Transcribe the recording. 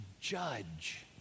judge